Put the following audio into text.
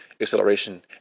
acceleration